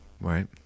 Right